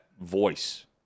voice